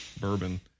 bourbon